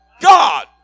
God